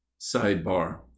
sidebar